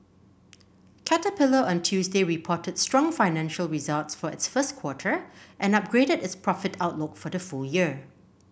Caterpillar on Tuesday reported strong financial results for its first quarter and upgraded its profit outlook for the full year